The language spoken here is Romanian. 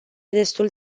destul